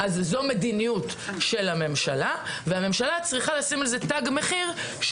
זו מדיניות של הממשלה והיא צריכה לשים לזה תג מחיר,